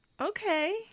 Okay